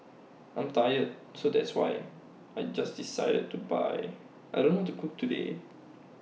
I'm tired so that's why I just decided to buy I don't know to cook today